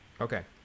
Okay